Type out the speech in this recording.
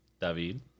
David